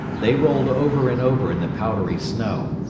they rolled over and over in the powdery snow.